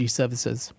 services